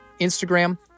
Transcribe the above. Instagram